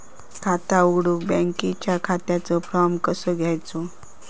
खाता उघडुक बँकेच्या खात्याचो फार्म कसो घ्यायचो?